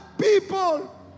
people